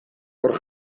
hor